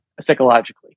psychologically